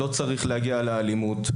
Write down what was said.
לא צריך להגיע לאלימות.